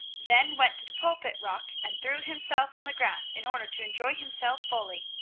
then went to the pulpit-rock and threw himself on the grass in order to enjoy himself fully.